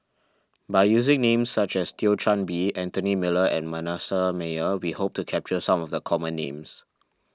by using names such as Thio Chan Bee Anthony Miller and Manasseh Meyer we hope to capture some of the common names